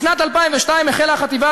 בשנת 2002 החלה החטיבה,